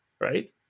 right